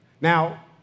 Now